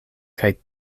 kaj